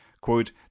Quote